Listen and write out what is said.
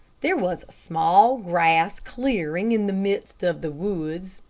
there was a small grass clearing in the midst of the woods.